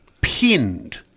pinned